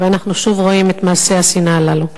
ואנחנו שוב רואים את מעשי השנאה הללו.